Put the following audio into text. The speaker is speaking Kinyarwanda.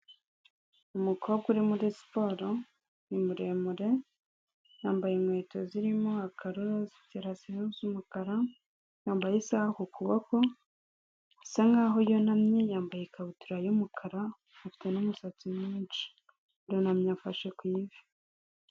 Umukobwa uri muri siporo, ni muremure, yambaye inkweto zirimo akaruru, zifite rasi z'umukara, yambaye isaha ku kuboko, bisa nk'aho yunamye, yambaye ikabutura y'umukara, afite n'umusatsi mwinshi, yunamye afashe ku ivi.